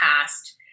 past